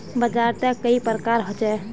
बाजार त कई प्रकार होचे?